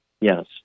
Yes